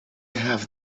have